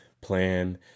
plan